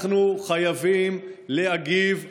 אנחנו חייבים להגיב.